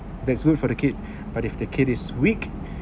that's good for the kid but if the kid is weak